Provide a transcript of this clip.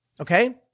okay